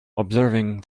observing